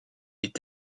est